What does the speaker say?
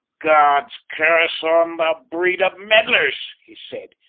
god's curse on the breed of meddlers! he said.